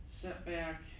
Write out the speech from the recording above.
setback